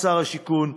שר השיכון,